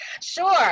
Sure